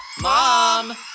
Mom